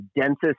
densest